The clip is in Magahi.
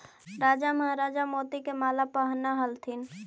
राजा महाराजा मोती के माला पहनऽ ह्ल्थिन